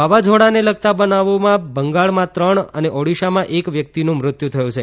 વાવાઝોડાને લગતા બનાવોમાં બંગાળમાં ત્રણ અને ઓડીશામાં એક વ્યક્તિનું મૃત્યુ થયું છે